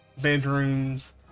bedrooms